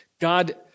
God